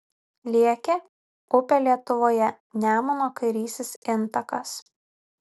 liekė upė lietuvoje nemuno kairysis intakas